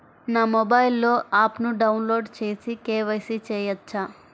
నా మొబైల్లో ఆప్ను డౌన్లోడ్ చేసి కే.వై.సి చేయచ్చా?